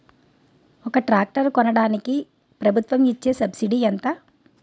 ఒక ట్రాక్టర్ కొనడానికి ప్రభుత్వం ఇచే సబ్సిడీ ఎంత?